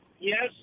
yes